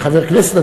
כחבר כנסת,